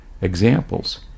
examples